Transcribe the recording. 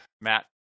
Matt